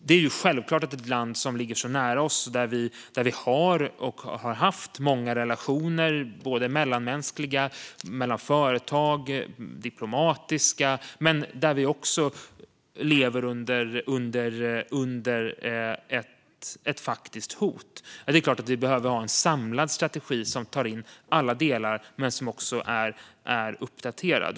Det är självklart att vi för ett land som ligger så nära oss, som vi har och har haft många relationer med - mellanmänskliga, mellan företag och diplomatiska - men som vi också lever under ett faktiskt hot från, behöver en samlad strategi som tar in alla delar men som också är uppdaterad.